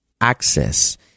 access